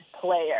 player